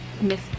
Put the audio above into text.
Miss